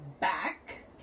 back